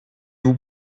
vous